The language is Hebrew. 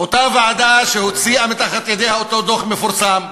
אותה ועדה שהוציאה מתחת ידיה את אותו דוח מפורסם,